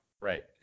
Right